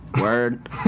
word